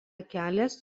kelias